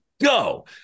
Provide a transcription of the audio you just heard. go